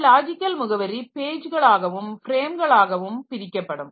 இந்த லாஜிக்கல் முகவரி பேஜ்களாகவும் ஃப்ரேம்களாகவும் பிரிக்கப்படும்